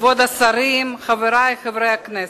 כבוד השרים, חברי חברי הכנסת,